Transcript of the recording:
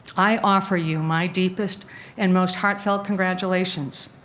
i offer you my deepest and most heartfelt congratulations.